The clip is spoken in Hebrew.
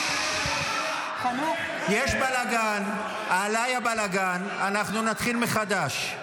יש בלגן, עליי הבלגן, אנחנו נתחיל מחדש.